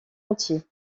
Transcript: entier